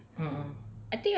mmhmm